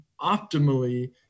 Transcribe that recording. optimally